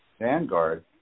vanguard